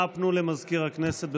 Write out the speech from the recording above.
אנא פנו למזכיר הכנסת.